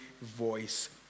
voice